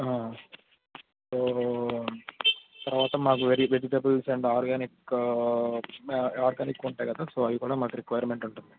so తర్వాత మాకు very vegetables and organic organic ఉంటాయి కదా సో అవి కూడా మాకు రిక్వైర్మెంట్ ఉంటుంది